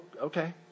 Okay